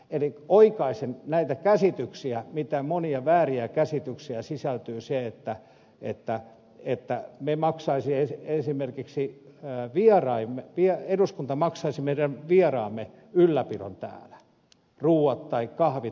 eli oikaisen näitä monia vääriä käsityksiä mitä sisältyy siihen että eduskunta maksaisi esimerkiksi meidän vieraamme ylläpidon täällä ruuat tai kahvit